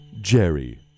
jerry